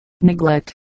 neglect